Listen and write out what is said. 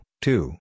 two